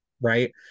right